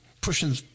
pushing